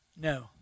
No